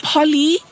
Polly